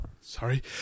Sorry